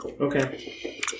Okay